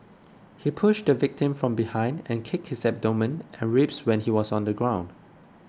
he pushed the victim from behind and kicked his abdomen and ribs when he was on the ground